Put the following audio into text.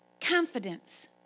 confidence